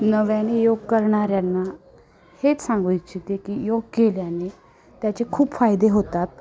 नव्याने योग करणाऱ्यांना हेच सांगू इच्छिते की योग केल्याने त्याचे खूप फायदे होतात